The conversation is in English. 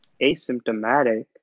asymptomatic